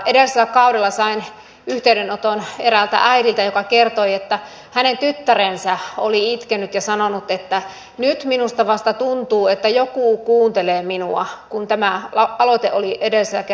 edellisellä kaudella kun tämä aloite oli edellisellä kerralla täällä käsittelyssä sain yhteydenoton eräältä äidiltä joka kertoi että hänen tyttärensä oli itkenyt ja sanonut että nyt minusta vasta tuntuu että joku kuuntelee minua kun tämä aloite oli edessä ja